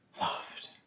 loved